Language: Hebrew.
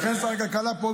לכן שר הכלכלה פה,